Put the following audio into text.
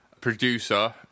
producer